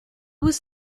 was